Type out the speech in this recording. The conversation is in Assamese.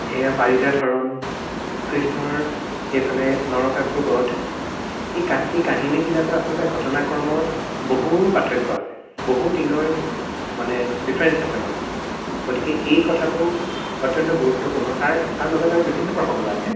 সেয়া পাৰিজাত হৰণ কৃষ্ণৰ এইফালে নৰকাসুৰ বধ এই এই কাহিনীবিলাকৰ আচলতে ঘটনাক্ৰমৰ বহু পাৰ্থক্য আছে বহু দিনৰ মানে ডিফাৰেন্স আছে মাজত গতিকে এই কথাটো অত্যন্ত গুৰুত্বপূৰ্ণ তাৰ তাৰ লগত আৰু বিভিন্ন প্ৰসংগ আছে